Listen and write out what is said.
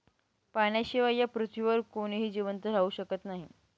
पाण्याशिवाय या पृथ्वीवर कोणीही जिवंत राहू शकत नाही